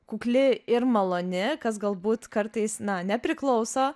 kukli ir maloni kas galbūt kartais na nepriklauso